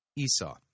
Esau